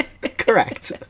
Correct